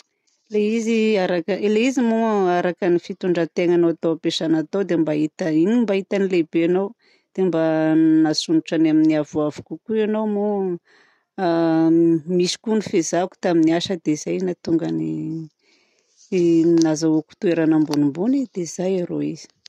Ilay izy araka ilay izy moa araka ny fitondra-tenianao tao ampesana tao dia mba hita igny mba hitan'ny lehibianao dia mba nasondrotrany amin'ny avoavo kokoa ianao. Moa misy koa ny fiezahako tamin'ny asa dia izay nahatonga ny nazahoako toerana ambonimbony e! Dia zay ae ô izy.